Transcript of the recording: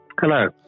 Hello